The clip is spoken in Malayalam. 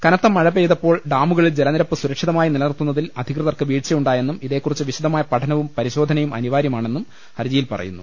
കനത്ത മഴ പെയ്തപ്പോൾ ഡാമുകളിൽ ജലനിരപ്പ് സുര ക്ഷിതമായി നിലനിർത്തുന്നതിൽ അധികൃതർക്ക് വീഴ്ചയുണ്ടാ യെന്നും ഇതേക്കുറിച്ച് വിശദമായ പഠനവും പരിശോധനയും അനിവാര്യമാണെന്നും ഹർജിയിൽ പറയുന്നു